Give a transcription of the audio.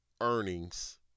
earnings